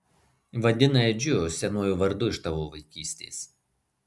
vadina edžiu senuoju vardu iš tavo vaikystės